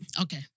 Okay